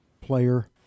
player